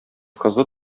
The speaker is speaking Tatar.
кызы